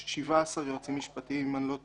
יש 17 יועצים משפטיים, אם אני לא טועה,